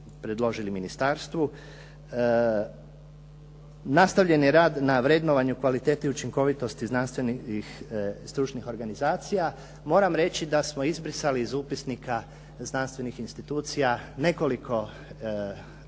predložili ministarstvu. Nastavljen je rad na vrednovanju kvalitete i učinkovitosti znanstvenih stručnih organizacija. Moram reći da smo izbrisali iz upisnika znanstvenih institucija nekoliko